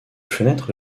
fenêtre